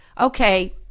okay